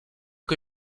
que